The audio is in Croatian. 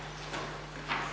Hvala